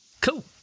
Cool